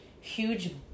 huge